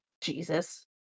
Jesus